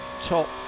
top